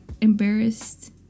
embarrassed